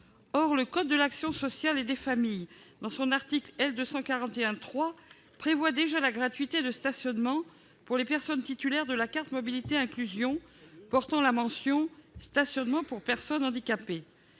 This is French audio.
du code de l'action sociale et des familles prévoit déjà la gratuité du stationnement pour les personnes titulaires de la carte mobilité inclusion portant la mention « stationnement pour personnes handicapées ».